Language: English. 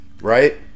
right